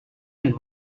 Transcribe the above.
and